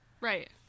Right